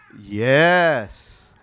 yes